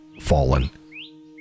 fallen